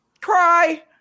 cry